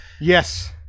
yes